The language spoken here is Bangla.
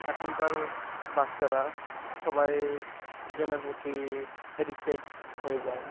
এখনকার বাচ্চারা সবাই গেমের প্রতি অডিকটেড হয়ে যায়